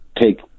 take